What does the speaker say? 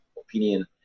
opinion